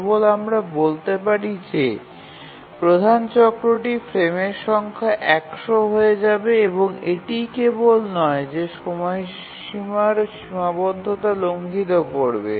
কেবল আমরা বলতে পারি যে প্রধান চক্রটি ফ্রেমের সংখ্যা ১০০ হয়ে যাবে এবং এটিই কেবল নয় যে সময়সীমার সীমাবদ্ধতাও লঙ্ঘিত করবে